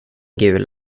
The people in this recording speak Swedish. gul